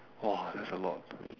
!wah! that's a lot